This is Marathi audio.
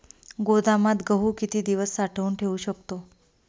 गोदामात गहू किती दिवस साठवून ठेवू शकतो?